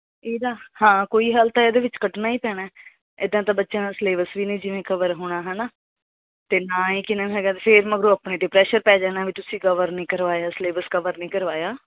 ਇਹਦਾ ਹਾਂ ਕੋਈ ਹੱਲ ਤਾਂ ਇਹਦੇ ਵਿੱਚ ਕੱਢਣਾ ਹੀ ਪੈਣਾ ਹੈ ਇੱਦਾਂ ਤਾਂ ਬੱਚਿਆਂ ਦਾ ਸਿਲੇਬਸ ਵੀ ਨਹੀਂ ਜਿਵੇਂ ਕਵਰ ਹੋਣਾ ਹੈ ਨਾ ਅਤੇ ਨਾ ਹੀ ਕਿਨਮ ਹੈਗਾ ਫੇਰ ਮਗਰੋਂ ਆਪਣੇ 'ਤੇ ਪਰੈਸ਼ਰ ਪੈ ਜਾਣਾ ਵੀ ਤੁਸੀਂ ਕਵਰ ਨਹੀਂ ਕਰਵਾਇਆ ਸਿਲੇਬਸ ਕਵਰ ਨਹੀਂ ਕਰਵਾਇਆ